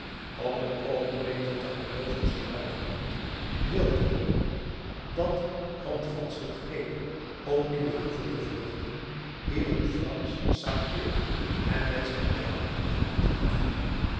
op het oogenblik dat de hanoversche luitenant wilda dat handvatsel greep om in de hoeve te vluchten hieuw een fransch sapeur hem met zijn bijl de hand af